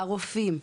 הרופאים,